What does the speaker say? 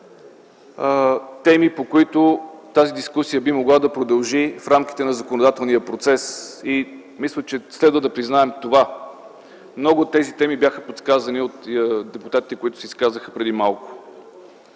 теми, по които тази дискусия би могла да продължи в рамките на законодателния процес. Мисля, че следва да признаем това. Много от тези теми бяха подсказани от депутатите, които се изказаха преди малко.